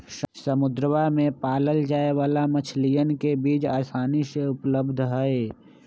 समुद्रवा में पाल्ल जाये वाला मछलीयन के बीज आसानी से उपलब्ध हई